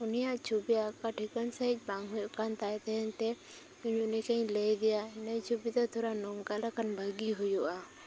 ᱩᱱᱤᱭᱟᱜ ᱪᱷᱩᱵᱤ ᱟᱸᱠᱟᱣ ᱴᱷᱤᱠᱟᱹᱱ ᱥᱟᱹᱦᱤᱡ ᱵᱟᱝ ᱦᱩᱭᱩᱜ ᱠᱟᱱ ᱛᱟᱦᱮᱱ ᱛᱮ ᱩᱱᱤ ᱠᱟᱹᱡ ᱤᱧ ᱞᱟᱹᱭᱟᱫᱮᱭᱟ ᱪᱷᱩᱵᱤ ᱫᱚ ᱛᱷᱚᱲᱟ ᱱᱚᱝᱠᱟ ᱞᱮᱠᱷᱟᱱ ᱵᱷᱟᱜᱮ ᱦᱩᱭᱩᱜᱼᱟ